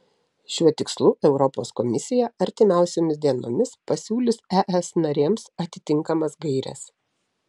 šiuo tikslu europos komisija artimiausiomis dienomis pasiūlys es narėms atitinkamas gaires